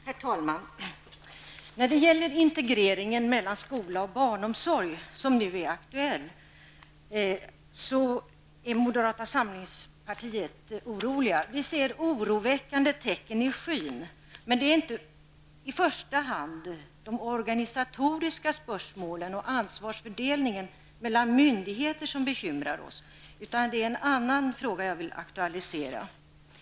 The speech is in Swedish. Herr talman! När det gäller den integrering mellan skola och barnomsorg som nu är aktuell är vi i moderata samlingspartiet oroliga. Vi ser oroväckande tecken i skyn. Det är dock inte i första hand de organisatoriska spörsmålen och ansvarsfördelningen mellan myndigheter som bekymrar oss. Jag vill aktualisera en annan fråga.